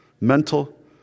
mental